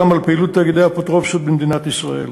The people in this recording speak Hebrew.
גם על פעילות תאגידי האפוטרופסות במדינת ישראל.